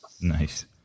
Nice